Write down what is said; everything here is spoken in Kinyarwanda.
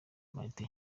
martin